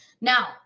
Now